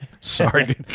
Sorry